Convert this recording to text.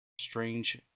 strange